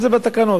אז בתקנות,